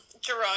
Jerome